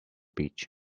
beach